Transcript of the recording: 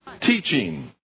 teaching